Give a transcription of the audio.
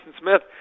Smith